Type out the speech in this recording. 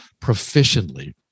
proficiently